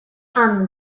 hanno